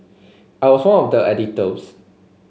I was one of the editors